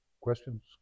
questions